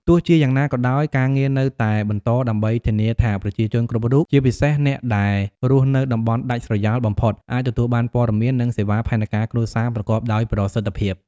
ទោះជាយ៉ាងណាក៏ដោយ ការងារនៅតែបន្តដើម្បីធានាថាប្រជាជនគ្រប់រូប ជាពិសេសអ្នកដែលរស់នៅតំបន់ដាច់ស្រយាលបំផុត អាចទទួលបានព័ត៌មាន និងសេវាផែនការគ្រួសារប្រកបដោយប្រសិទ្ធិភាព។